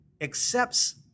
accepts